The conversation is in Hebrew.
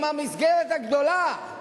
עם המסגרת הגדולה,